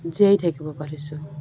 জীয়াই থাকিব পাৰিছোঁ